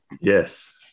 Yes